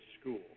school